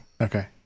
Okay